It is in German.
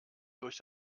durch